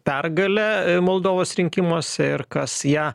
pergalę moldovos rinkimuose ir kas ją